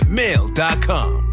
mail.com